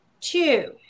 Two